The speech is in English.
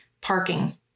parking